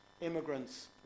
immigrants